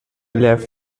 les